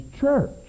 church